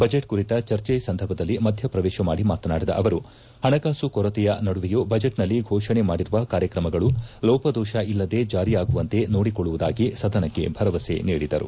budget ಕುರಿತ ಚರ್ಚೆ ಸಂದರ್ಭದಲ್ಲಿ ಮಧ್ಯ ಪ್ರವೇಶ ಮಾಡಿ ಮಾತನಾಡಿದ ಅವರು ಪಣಕಾಸು ಕೊರತೆಯ ನಡುವೆಯೂ ಬಜೆಟ್ನಲ್ಲಿ ಫೋಷಣೆ ಮಾಡಿರುವ ಕಾರ್ಯಕ್ರಮಗಳು ಲೋಪದೋಷ ಇಲ್ಲದೆ ಜಾರಿಯಾಗುವಂತೆ ನೋಡಿಕೊಳ್ಳುವುದಾಗಿ ಸದನಕ್ಕೆ ಭರವಸೆ ನೀಡಿದರು